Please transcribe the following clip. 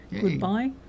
Goodbye